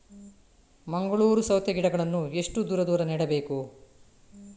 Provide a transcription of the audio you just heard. ಮಂಗಳೂರು ಸೌತೆ ಗಿಡಗಳನ್ನು ಎಷ್ಟು ದೂರ ದೂರ ನೆಡಬೇಕು?